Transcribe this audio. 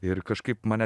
ir kažkaip mane